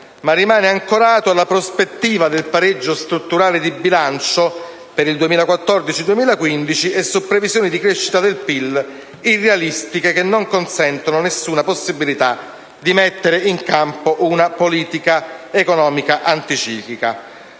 ma rimane ancorato alla prospettiva del pareggio strutturale di bilancio per il 2014-2015 e su previsioni di crescita del PIL irrealistiche, che non consentono nessuna possibilità di mettere in campo una politica economica anticiclica.